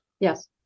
Yes